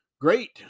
great